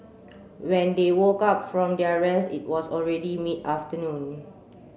when they woke up from their rest it was already mid afternoon